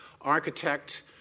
architect